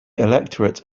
electorate